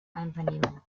einvernehmen